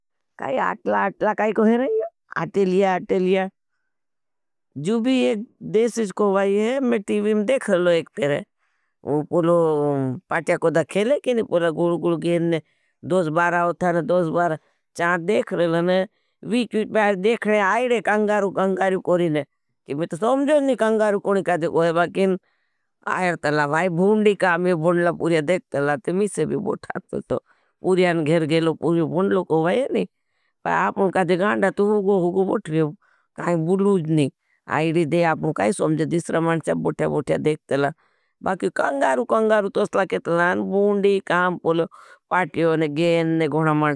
काई अटला, अटला काई को है नहीं हूँ, अटेलिया, अटेलिया जो भी एक देश ही कोई है। मैं टीवी में देख रहे लो एक फेर वो पूलो पाट्या कोड़ा खेले की नहीं, पूला गुर्गुर गेन नहीं दोज बारा उठाने, दोज बारा, चान देख रहे लो नहीं। वीच वीच बारा देखने, आईडे कंगारू कंगारू कोरी नहीं मैं तो सोम्झो नहीं कंगारू कोनी काई देखो है। बाकिन आयर तला भाई भून्डी काम ये भून्डी काम पूर्या देख तला, तो मैं से भी बोठाट पूर्यान घर गेलो पूर्या भून्डलो को भाई है नहीं पर आपनों कादे गांडा तो हुगो हुगो बोठ रहे हो। काई बुलूज नहीं आईडी दे आपनों काई सोम्जे, दिसरा मांचे बोठे बोठे देख तला, बाकिन कंगारु कंगारु तो सला के तला, भून्डी काम पूर्या, पाटियो नहीं, गेन नहीं, गुणा मांची।